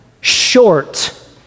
short